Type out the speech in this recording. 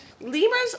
lemurs